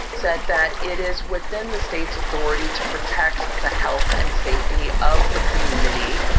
said that it is within the state's authority to protect the health and safety of the community.